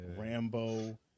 Rambo